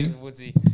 Woodsy